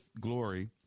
Glory